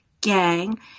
gang